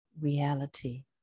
reality